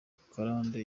karande